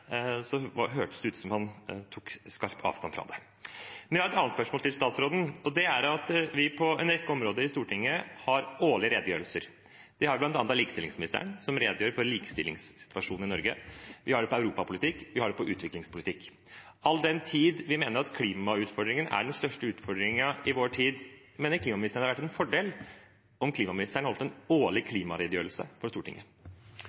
hørtes det ut som han tok skarpt avstand fra det. Jeg har et annet spørsmål til statsråden, og det går på at vi på en rekke områder i Stortinget har årlige redegjørelser. Vi har det bl.a. fra likestillingsministeren, som redegjør for likestillingssituasjonen i Norge. Vi har det om europapolitikk, og vi har det om utviklingspolitikk. All den tid vi mener at klimautfordringen er den største utfordringen i vår tid, mener klimaministeren det hadde vært en fordel om klimaministeren holdt en årlig klimaredegjørelse for Stortinget?